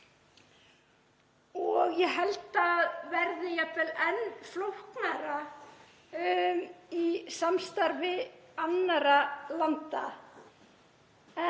og ég held að það verði jafnvel enn flóknara í samstarfi annarra landa.